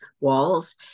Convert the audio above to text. walls